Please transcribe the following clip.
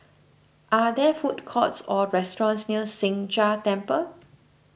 are there food courts or restaurants near Sheng Jia Temple